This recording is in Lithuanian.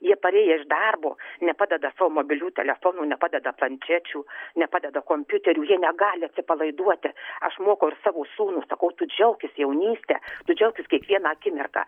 jie parėję iš darbo nepadeda savo mobilių telefonų nepadeda planšečių nepadeda kompiuterių jie negali atsipalaiduoti aš mokau ir savo sūnų sakau tu džiaukis jaunyste tu džiaukis kiekviena akimirka